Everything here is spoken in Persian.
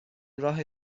راه